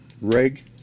rig